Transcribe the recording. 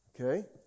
Okay